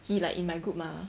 he like in my group mah